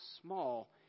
small